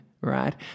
right